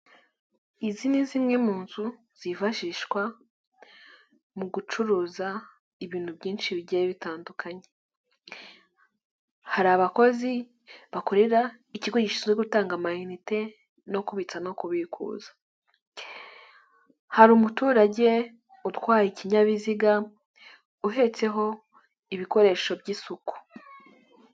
Izi ni zimwe mu nzu zifashishwa mugucuruza ibintu byinshi bigiye bitandukanye. Hari abakozi bakorera ikigo gishinzwe gutanga amayinite no kubitsa no kubikuza. Hari umuturage utwaye ikinyabiziga uhetseho ibikoresho by'isuku.